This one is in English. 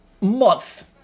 month